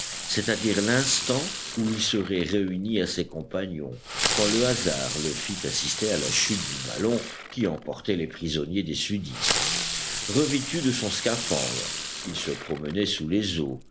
c'est-à-dire l'instant où il serait réuni à ses compagnons quand le hasard le fit assister à la chute du ballon qui emportait les prisonniers des sudistes revêtu de son scaphandre il se promenait sous les eaux